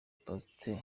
pasteur